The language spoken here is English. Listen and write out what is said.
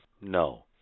No